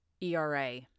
ERA